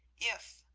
if,